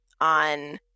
on